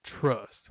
trust